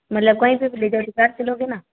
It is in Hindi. मतलब कहीं पर भी ले जाओ निकाल तो लोगे ना